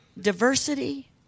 Diversity